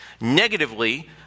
Negatively